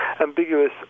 ambiguous